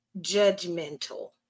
judgmental